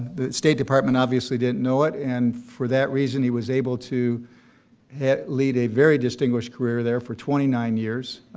the state department obviously didn't know it, and for that reason he was able to lead a very distinguished career there for twenty nine years.